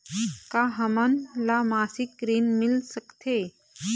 का हमन ला मासिक ऋण मिल सकथे?